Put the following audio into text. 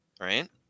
right